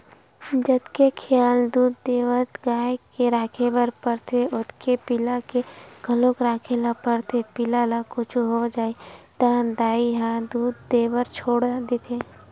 जतके खियाल दूद देवत गाय के राखे बर परथे ओतके पिला के घलोक राखे ल परथे पिला ल कुछु हो जाही त दाई ह दूद देबर छोड़ा देथे